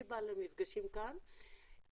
אני מקבלת בברכה את חבר הכנסת אנדרי קוז'ינוב